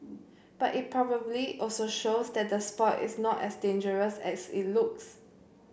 but it probably also shows that the sport is not as dangerous as it looks